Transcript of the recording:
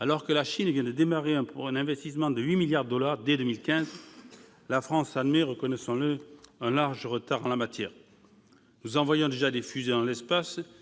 alors que la Chine a démarré un investissement de 8 milliards de dollars dès 2015, la France connaît, reconnaissons-le, un large retard en la matière. Nous envoyons déjà des fusées dans l'espace grâce à l'hydrogène.